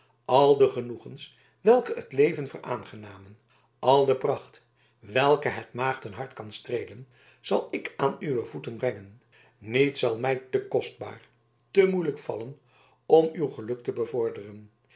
al de genoegens welke het leven veraangenamen al de pracht welke het maagdenhart kan streelen zal ik aan uwe voeten brengen niets zal mij te kostbaar te moeilijk vallen om uw geluk te bevorderen